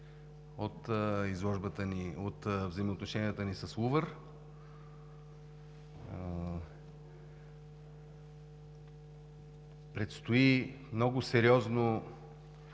от взаимоотношенията ни с „Лувъра“. Предстои много сериозно